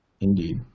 Indeed